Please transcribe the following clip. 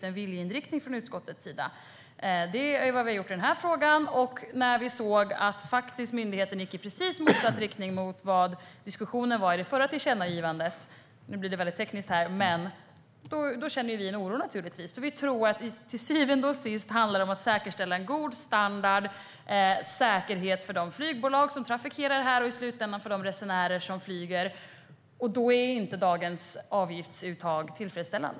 När vi såg att myndigheten gick i precis motsatt riktning mot vad diskussionen var i det förra tillkännagivandet - nu blir det väldigt tekniskt - kände vi naturligtvis en oro. Vi tror att det till syvende och sist handlar om att säkerställa god standard och säkerhet för de flygbolag som trafikerar här och i slutändan för de resenärer som flyger. Då är inte dagens avgiftsuttag tillfredsställande.